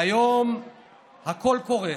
והיום הכול קורס.